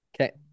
okay